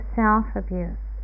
self-abuse